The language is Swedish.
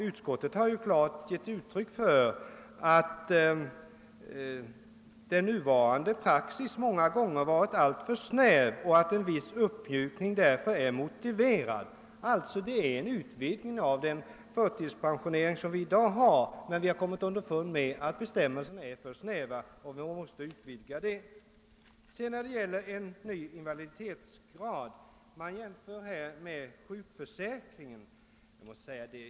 Utskottet har klart gett uttryck för uppfattningen, att nuvarande praxis många gånger varit alltför snäv och att en viss uppmjukning därför är motiverad. Propositionsförslaget innebär en utvidgning av den nuvarande förtidspensioneringen, men vi har kommit underfund med att bestämmelserna är för snäva och måste ytterligare vidgas. När det gäller frågan om införande av en ny invaliditetsgrad jämför man med sjukförsäkringen.